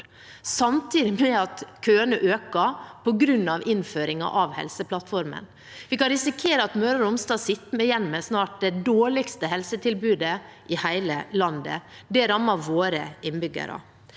samtidig med at køene øker på grunn av innføringen av Helseplattformen. Vi kan risikere at Møre og Romsdal snart sitter igjen med det dårligste helsetilbudet i hele landet. Det rammer våre innbyggere.